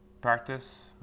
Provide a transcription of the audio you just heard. practice